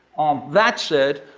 that said,